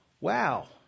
wow